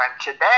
today